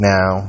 Now